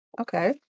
okay